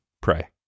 pray